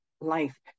life